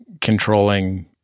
controlling